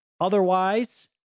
Otherwise